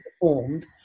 performed